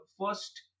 first